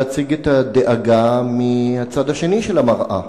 להציג את הדאגה מהצד השני של המראה.